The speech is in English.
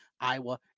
Iowa